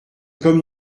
comme